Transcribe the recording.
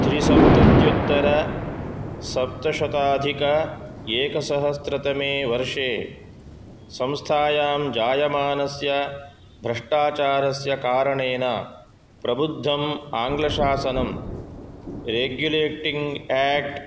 त्रिसप्तत्युतरसप्तशताधिक एक सहस्त्रतमे वर्षे संस्थायां जायमानस्य भ्रष्टाचारस्य कारणेन प्रबुद्धं आङ्ग्लशासनं रेग्युलेटिङ्ग् एक्ट्